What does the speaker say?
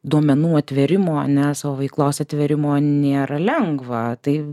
duomenų atvėrimo ane savo veiklos atvėrimo nėra lengva tai